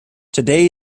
today